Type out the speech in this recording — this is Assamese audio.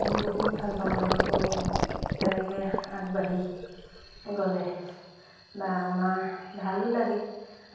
আমি বহুত ভাল পাওঁ তেওঁলোকৰ তেনেকৈ আগবাঢ়ি গ'লে বা আমাৰ ভালো লাগে